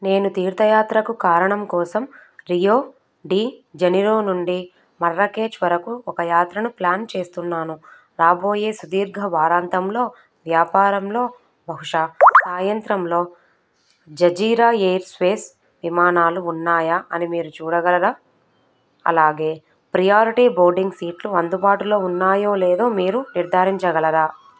నేను తీర్థయాత్రకు కారణం కోసం రియో డీ జనిరో నుండి మర్రకేష్ వరకు ఒక యాత్రను ప్లాన్ చేస్తున్నాను రాబోయే సుదీర్ఘ వారాంతంలో వ్యాపారంలో బహుశా సాయంత్రంలో జజీరా ఎయిర్వేస్ విమానాలు ఉన్నాయా అని మీరు చూడగలరా అలాగే ప్రయారిటీ బోర్డింగ్ సీట్లు అందుబాటులో ఉన్నాయో లేదో మీరు నిర్ధారించగలరా